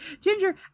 ginger